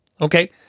Okay